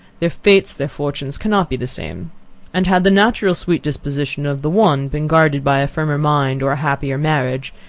their fates, their fortunes, cannot be the same and had the natural sweet disposition of the one been guarded by a firmer mind, or a happier marriage,